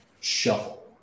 shuffle